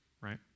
right